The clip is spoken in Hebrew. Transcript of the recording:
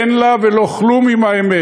אין לה ולא כלום עם האמת.